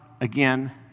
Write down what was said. again